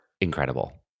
incredible